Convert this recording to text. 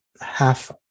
half